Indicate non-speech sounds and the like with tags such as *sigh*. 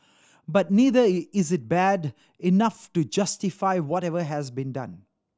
but neither *unintelligible* is it bad enough to justify whatever has been done